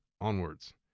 onwards